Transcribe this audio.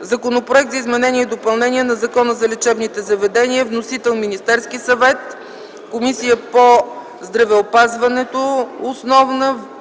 Законопроект за изменение и допълнение на Закона за лечебните заведения – вносител е Министерският съвет. Водеща е Комисията по здравеопазването,